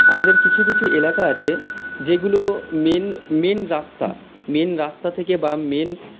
আমাদের কিছু কিছু এলাকা আছে যেগুলো মেন মেন রাস্তা মেন রাস্তা থেকে বা মেন